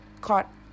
Caught